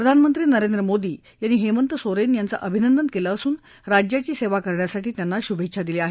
प्रधानमंत्री नरेंद्र मोदी यांनी हेमंत सोरेन यांचं अभिनंदन केलं असून राज्याची सेवा करण्यासाठी त्यांना शुभेच्छा दिल्या आहेत